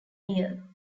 year